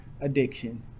addiction